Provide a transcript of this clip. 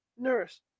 Nurse